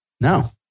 No